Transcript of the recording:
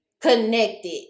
connected